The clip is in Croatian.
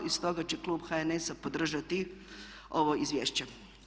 I stoga će klub HNS-a podržati ovo izvješće.